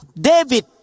David